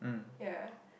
ya